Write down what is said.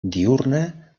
diürna